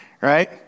right